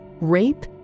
rape